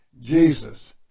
Jesus